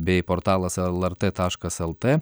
bei portalas lrt taškas lt